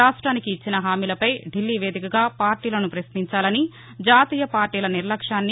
రాష్టొనికి ఇచ్చిన హామీలపై ఢిల్లీ వేదికగా పార్టీలను పశ్నించాలని జాతీయ పార్టీల నిర్లక్ష్యాన్ని